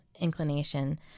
inclination